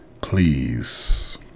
please